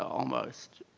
almost,